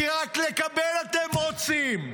כי רק לקבל אתם רוצים.